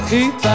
Keep